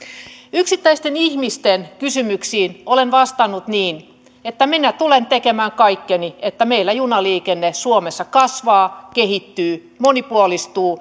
yksittäisten ihmisten kysymyksiin olen vastannut niin että minä tulen tekemään kaikkeni että meillä junaliikenne suomessa kasvaa kehittyy monipuolistuu